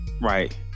right